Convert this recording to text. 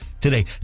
today